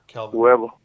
Whoever